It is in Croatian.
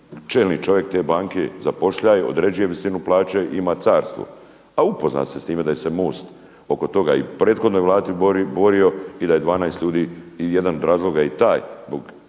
čelni čovjek te banke zapošljava i određuje visinu plaće i ima carstvo, a upoznat je s time da se MOST oko toga i prethodnoj Vladi borio i da je 12 ljudi, i jedan od razloga je i taj